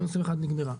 2021 נגמרה,